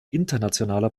internationaler